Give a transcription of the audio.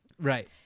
Right